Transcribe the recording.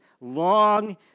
long